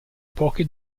poche